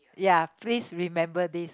ya please remember this